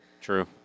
true